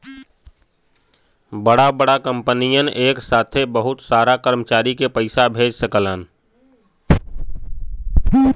बड़ा बड़ा कंपनियन एक साथे बहुत सारा कर्मचारी के पइसा भेज सकलन